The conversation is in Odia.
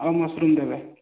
ଆଉ ମସ୍ରୁମ୍ ଦେବେ